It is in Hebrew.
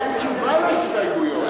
אין תשובה על הסתייגויות.